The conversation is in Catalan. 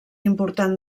important